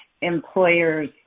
employers